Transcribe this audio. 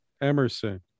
Emerson